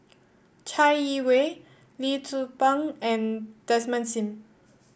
Chai Yee Wei Lee Tzu Pheng and Desmond Sim